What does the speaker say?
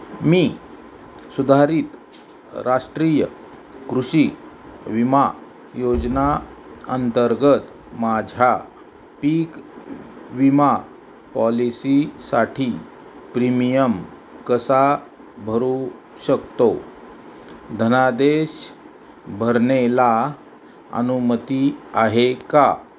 मी सुधारित राष्ट्रीय कृषी विमा योजना अंतर्गत माझ्या पीक विमा पॉलिसीसाठी प्रीमियम कसा भरू शकतो धनादेश भरणेला अनुमती आहे का